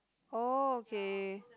oh okay